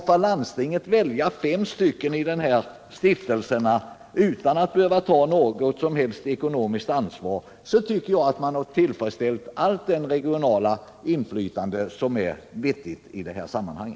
Får landstinget välja 5 av dessa personer utan att behöva ta något som helst ekonomiskt ansvar tycker jag att man har tillfredsställt alla vettiga krav på regionalt inflytande.